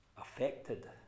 affected